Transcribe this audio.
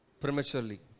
prematurely